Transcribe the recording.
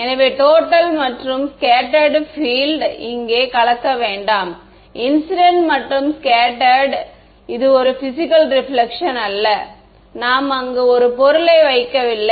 எனவே டோட்டல் மற்றும் scattered field total field scattered field இங்கே கலக்க வேண்டாம் இன்சிடென்ட் மற்றும் ஸ்கேட்டேர்ட் இது ஒரு பிசிக்கல் ரிபிலக்ஷன் அல்ல நாம் அங்கு ஒரு பொருளை வைக்கவில்லை